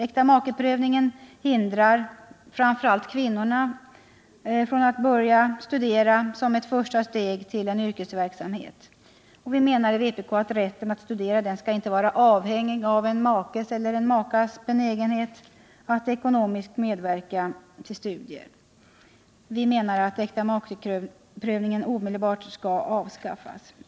Äktamakeprövningen hindrar särskilt kvinnornaatt börja studera som ett första steg på väg till yrkesverksamhet. Vi menar i vpk att rätten att studera inte skall vara avhängig av makes eller makas benägenhet att ekonomiskt medverka till studier. Vpk kräver att äktamakeprövningen omedelbart avskaffas.